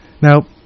Now